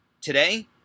Today